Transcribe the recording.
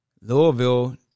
Louisville